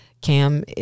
Cam